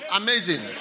amazing